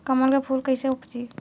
कमल के फूल कईसे उपजी?